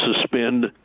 suspend